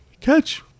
catch